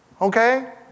okay